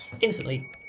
instantly